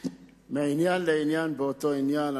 מעניין לעניין באותו עניין.